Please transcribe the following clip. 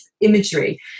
imagery